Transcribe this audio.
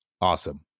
awesome